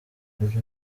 ibyo